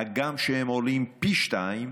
והם עולים פי שניים,